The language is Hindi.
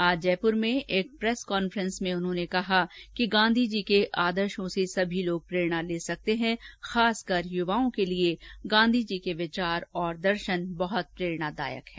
आज जयपुर में एक प्रेसकांफ़ेस में उन्होंने कहा कि गांधीजी के आदर्शों से सभी लोग प्रेरणा ले सकते हैं खासकर युवाओं के लिए गांधीजी के विचार और दर्शन प्रेरणादायक हैं